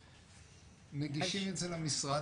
מגישים את זה למשרד,